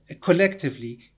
collectively